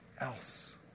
else